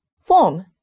form